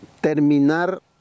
Terminar